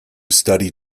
study